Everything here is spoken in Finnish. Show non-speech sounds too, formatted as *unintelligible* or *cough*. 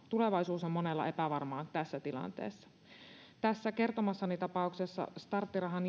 tulevaisuus on monella epävarmaa tässä tilanteessa tässä kertomassani tapauksessa starttirahan *unintelligible*